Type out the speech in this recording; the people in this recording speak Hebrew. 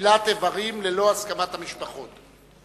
נטילת איברים ללא הסכמת המשפחות.